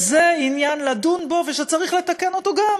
זה עניין שצריך לדון בו